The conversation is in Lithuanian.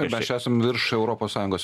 mes čia esam virš europos sąjungos